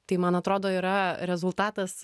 tai man atrodo yra rezultatas